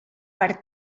per